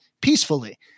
peacefully